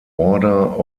order